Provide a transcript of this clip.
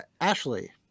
Ashley